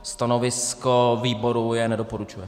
Stanovisko výboru je nedoporučuje.